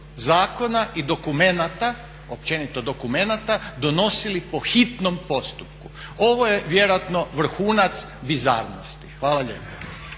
zakona i dokumenata, općenito dokumenata, donosili po hitnom postupku. Ovo je vjerojatno vrhunac bizarnosti. Hvala lijepo.